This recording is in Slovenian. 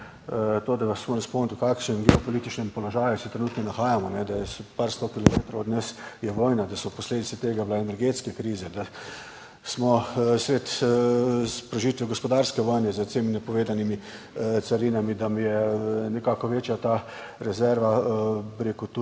moram spomniti v kakšnem političnem položaju se trenutno nahajamo, da je, par 100 kilometrov od nas je vojna, da so posledica tega bile energetske krize, da smo sredi sprožitve gospodarske vojne z vsemi napovedanimi carinami, da mi je nekako večja ta rezerva, bi rekel, tudi